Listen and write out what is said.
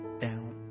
down